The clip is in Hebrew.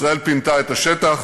ישראל פינתה את השטח